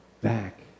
back